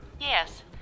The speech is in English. yes